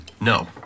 No